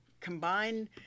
combine